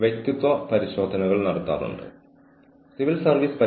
ഇത് കണ്ടെത്തുമ്പോൾ രഹസ്യസ്വഭാവം നിലനിർത്തണം